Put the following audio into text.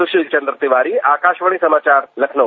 सुशील चंद्र तिवारी आकाशवाणी समाचार लखनऊ